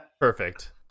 Perfect